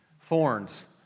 Thorns